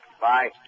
Bye